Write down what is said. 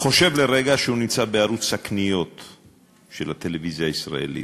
חשב לרגע שהוא נמצא בערוץ הקניות של הטלוויזיה הישראלית.